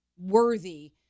worthy